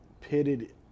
pitted